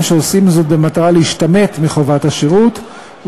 שעושים זאת במטרה להשתמט מחובת השירות,